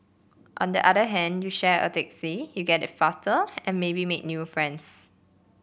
on the other hand you share a taxi you get it faster and maybe make new friends